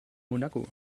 monaco